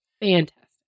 Fantastic